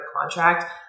contract